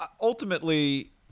Ultimately